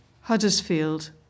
Huddersfield